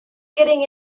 getting